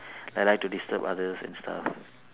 like like to disturb others and stuff